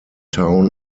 town